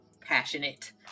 passionate